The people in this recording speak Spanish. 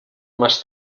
más